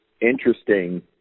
interesting